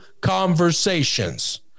conversations